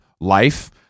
life